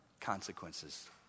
consequences